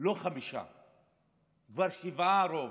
ולא חמישה הם רוב,